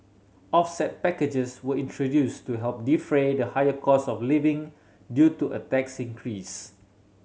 offset packages were introduced to help defray the higher cost of living due to a tax increase